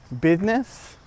business